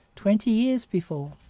twenty years before.